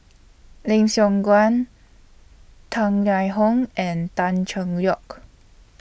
Lim Siong Guan Tang Liang Hong and Tan Cheng Lock